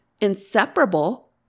Inseparable